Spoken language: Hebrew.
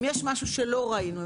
אם יש משהו שלא ראינו,